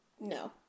No